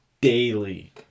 daily